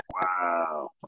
Wow